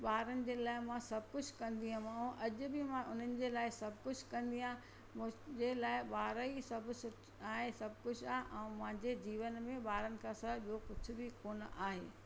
ॿारनि जे लाइ मां सभु कुझु कंदी हुअमि ऐं अॼु बि मां उन्हनि जे लाइ सभु कुझु कंदी आहियां मुंहिंजे लाइ ॿार ई सभु कुझु आहे सभु कुझु आहे ऐं मुंहिंजे जीवन में ॿारनि खां सवाइ ॿियों कुझु बि कोन आहे